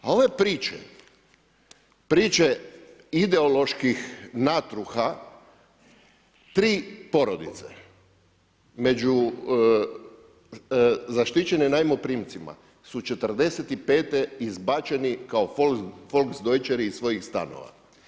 A ove priče, priče ideoloških natruha, tri porodice, među zaštićenim najmoprimcima su '45. izbačeni kao Folksdojčeri iz svojih stanova.